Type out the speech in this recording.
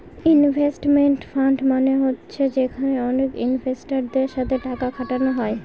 investment fund মানে হচ্ছে যেখানে অনেক ইনভেস্টারদের সাথে টাকা খাটানো হয়